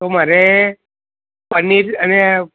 તો મારે પનીર અને